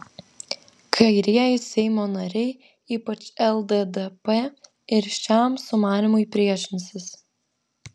kairieji seimo nariai ypač lddp ir šiam sumanymui priešinsis